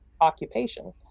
occupation